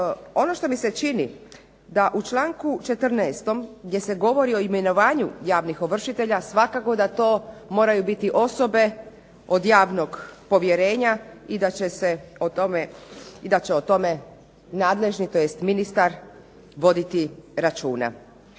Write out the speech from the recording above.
Ono što mi se čini da u članku 14. gdje se govori o imenovanju javnih ovršitelja, svakako da to moraju biti osobe od javnog povjerenja i da će o tome nadležni tj. ministar voditi računa.